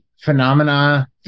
phenomena